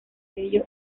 bello